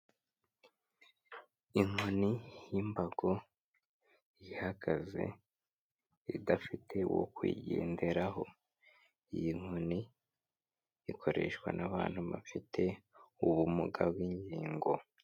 Inkoni y'imbago, ihagaze idafite uwo kuyigenderaho, iyi nkoni ikoreshwa n'abantu bafite ubumuga bw'ingingo.